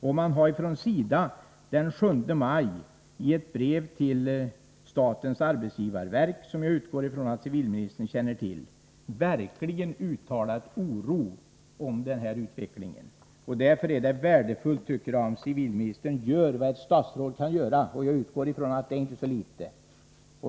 Man hari ett brev från SIDA den 7 maj i ett brev till statens arbetsgivarverk, som jag utgår från att civilministern känner till, uttalat verklig oro för denna utveckling. Därför är det värdefullt om civilministern gör vad ett statsråd kan göra, och jag utgår från att det inte är så litet.